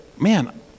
man